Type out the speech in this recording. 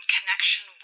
connection